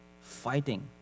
fighting